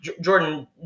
Jordan